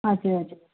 हजुर हजुर